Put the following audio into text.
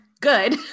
good